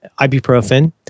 ibuprofen